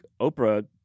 Oprah